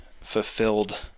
fulfilled